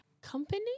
Company